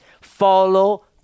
Follow